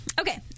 Okay